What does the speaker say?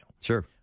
Sure